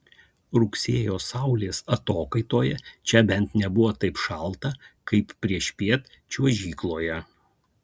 rugsėjo saulės atokaitoje čia bent nebuvo taip šalta kaip priešpiet čiuožykloje